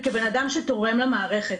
וכבן אדם שתורם למערכת.